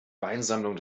weinsammlung